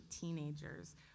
teenagers